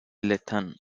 lytton